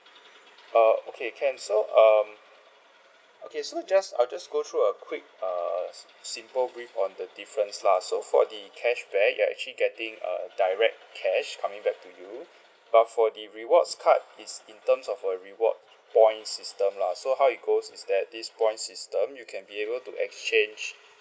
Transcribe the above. uh okay can so um okay so just I'll just go through a quick uh simple brief on the difference lah so for the cashback you are actually getting a direct cash coming back to you but for the rewards card it's in terms of a reward points system lah so how it goes is that these points system you can be able to exchange